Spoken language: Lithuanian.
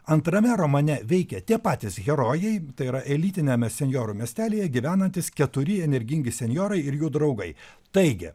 antrame romane veikia tie patys herojai tai yra elitiniame senjorų miestelyje gyvenantys keturi energingi senjorai ir jų draugai taigia